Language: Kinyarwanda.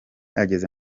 ageze